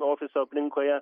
ofiso aplinkoje